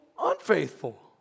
unfaithful